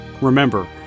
remember